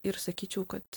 ir sakyčiau kad